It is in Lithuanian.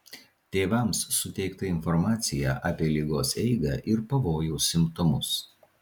tėvams suteikta informacija apie ligos eigą ir pavojaus simptomus